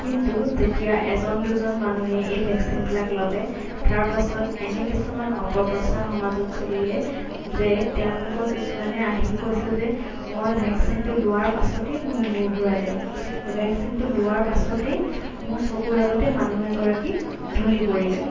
কিন্তু যেতিয়া এজন দুজন মানুহে এই ভেকচিনবিলাক ল'লে তাৰপাছত এনে কিছুমান অপপ্ৰচাৰ সমাজত চলিলে যে তেওঁলোকৰ কিছুমানে আহি কৈছে যে মই ভেকচিনটো লোৱাৰ পাছতেই মোৰ মূৰ ঘূৰালে ভেকচিনটো লোৱাৰ পাছতেই মোৰ চকুৰ আগতে মানুহ এগৰাকী ঢলি পৰিলে